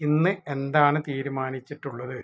ഇന്ന് എന്താണ് തീരുമാനിച്ചിട്ടുള്ളത്